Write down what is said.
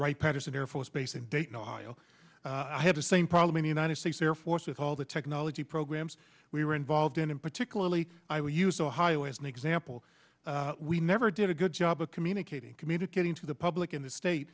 wright patterson air force base in dayton ohio i had the same problem in the united states air force with all the technology programs we were involved in and particularly i would use ohio as an example we never did a good job of communicating communicating to the public in the state